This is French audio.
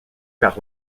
par